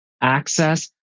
access